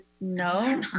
No